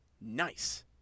Nice